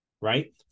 right